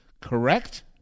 correct